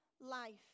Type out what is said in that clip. life